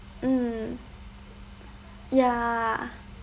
mm ya